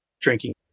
drinking